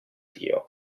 dio